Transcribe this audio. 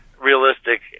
realistic